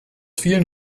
vielen